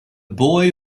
boy